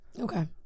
Okay